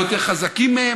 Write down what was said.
אנחנו יותר חזקים מהם,